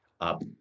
up